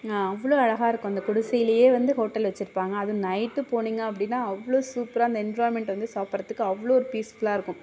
அவ்வளோ அழகாக இருக்கும் அந்த குடிசையிலேயே வந்து ஹோட்டலை வச்சுருப்பாங்க அது நைட்டு போனிங்க அப்படினா அவ்வளோ சூப்ராக அந்த எண்விரான்மெண்ட் வந்து சாப்பிறதுக்கு அவ்வளோ பீஸ்ஃபுலாக இருக்கும்